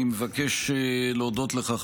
אני מבקש להודות לך,